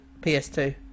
PS2